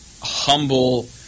humble